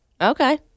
Okay